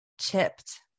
chipped